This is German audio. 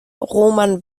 roman